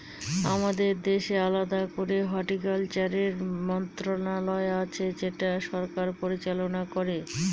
আমাদের দেশে আলাদা করে হর্টিকালচারের মন্ত্রণালয় আছে যেটা সরকার পরিচালনা করে